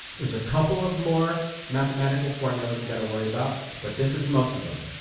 there's a couple of more mathematical formulas we've got to worry about but this is most of them